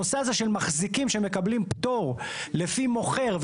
הנושא הזה של מחזיקים שהם מקבלים פטור לפי מוכר,